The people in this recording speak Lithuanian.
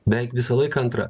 beveik visą laiką antra